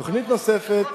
למרות ההישגים,